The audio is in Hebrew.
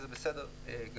וזה בסדר גמור,